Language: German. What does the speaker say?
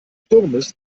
sturmes